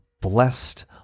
Blessed